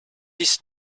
ist